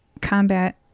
combat